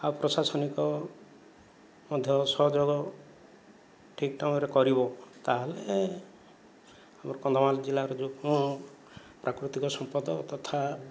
ଆଉ ପ୍ରଶାସନିକ ମଧ୍ୟ ସହଯୋଗ ଠିକ୍ ଟାଇମରେ କରିବ ତାହେଲେ ଆମର କନ୍ଧମାଳ ଜିଲ୍ଲାର ଯେଉଁ ପ୍ରାକୃତିକ ସମ୍ପଦ ତଥା